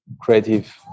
creative